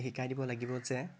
শিকাই দিব লাগিব যে